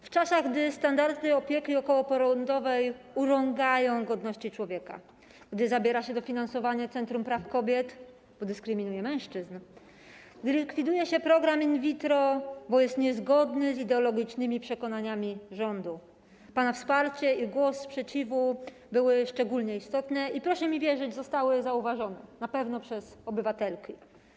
W czasach, gdy standardy opieki okołoporodowej urągają godności człowieka, gdy zabiera się dofinansowanie Centrum Praw Kobiet, bo dyskryminuje mężczyzn, gdy likwiduje się program in vitro, bo jest niezgodny z ideologicznymi przekonaniami rządu, pana wsparcie i głos sprzeciwu były szczególnie istotne i, proszę mi wierzyć, zostały zauważone, na pewno przez obywatelki.